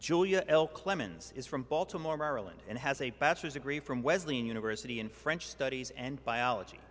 julia l clemens is from baltimore maryland and has a bachelor's degree from wesleyan university in french studies and biology